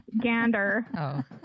gander